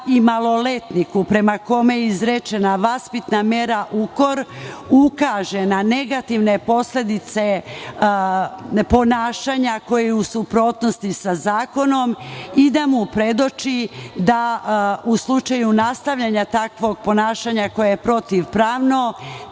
i maloletniku prema kome je izrečena vaspitna mera - ukor ukaže na negativne posledice ponašanja koje je suprotnosti i sa zakonom i da mu predoči da u slučaju nastavljanja takvog ponašanja koje je protivpravno,